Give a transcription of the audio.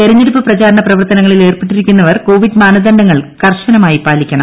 തെരഞ്ഞെടുപ്പ് പ്രചാരണ പ്രവർത്തനങ്ങളിൽ ഏർപ്പെട്ടിരിക്കുന്നവർ കോവിഡ് മാനദണ്ഡങ്ങൾ കർശനമായി പാലിക്കണം